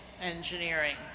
Engineering